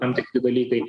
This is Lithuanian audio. tam tikri dalykai